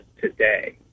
today